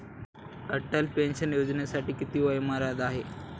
Atal pension योजनेसाठी किती वयोमर्यादा आहे?